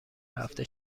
هفته